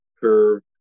curve